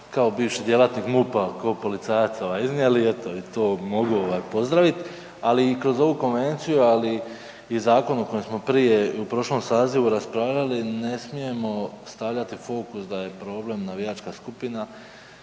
kao bivši djelatnik MUP-a, kao policajac iznijeli eto i to mogu ovaj pozdravit, ali i kroz ovu konvenciju, ali i zakon o kojem smo prije u prošlom sazivu raspravljali ne smijemo stavljati fokus da je problem navijačka skupina